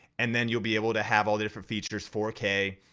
and then you'll be able to have all the different features four k,